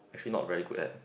actually not very good at